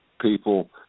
people